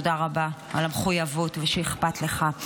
תודה רבה על המחויבות ושאכפת לך.